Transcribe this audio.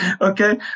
okay